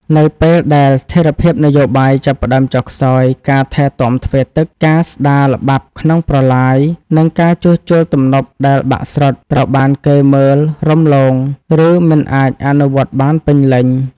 នៅពេលដែលស្ថិរភាពនយោបាយចាប់ផ្ដើមចុះខ្សោយ ការថែទាំទ្វារទឹក ការស្ដារល្បាប់ក្នុងប្រឡាយ និងការជួសជុលទំនប់ដែលបាក់ស្រុត ត្រូវបានគេមើលរំលង ឬមិនអាចអនុវត្តបានពេញលេញ។